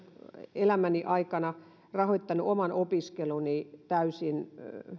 elämäni aikana rahoittanut oman opiskeluni täysin olen